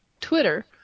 Twitter